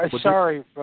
Sorry